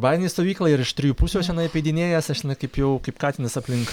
bazinėj stovyklaj ir iš trijų pusių aš tenai apeidinėjęs aš tenai kaip jau kaip katinas aplink